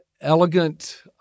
elegant